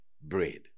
bread